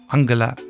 Angela